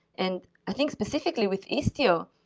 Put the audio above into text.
and i think specifically with istio,